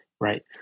right